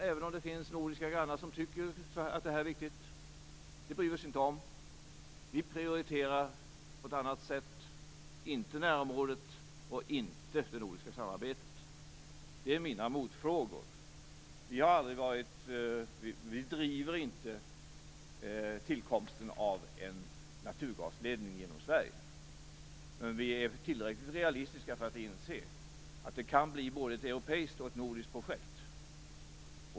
Även om det finns nordiska grannar som tycker att det här är viktigt bryr vi oss inte om det. Vi prioriterar på ett annat sätt, inte närområdet och inte det nordiska samarbetet. Det är mina motfrågor. Vi driver inte tillkomsten av en naturgasledning genom Sverige. Men vi är tillräckligt realistiska för att inse att det kan bli både ett europeiskt och ett nordiskt projekt.